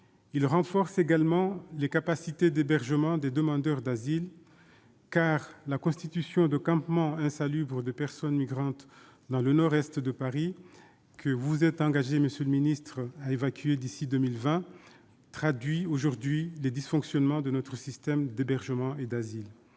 à renforcer également les capacités d'hébergement des demandeurs d'asile, car la constitution de campements insalubres de personnes migrantes dans le nord-est de Paris, que vous vous êtes engagé, monsieur le ministre, à évacuer d'ici à 2020, traduit aujourd'hui les dysfonctionnements de notre système d'hébergement et d'asile.